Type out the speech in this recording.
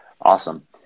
Awesome